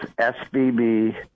sbb